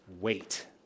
wait